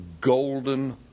golden